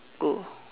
go